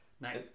Nice